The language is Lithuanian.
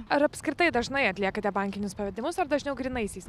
ar apskritai dažnai atliekate bankinius pavedimus ar dažniau grynaisiais